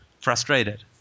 frustrated